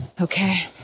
okay